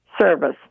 service